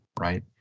right